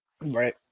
Right